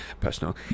personal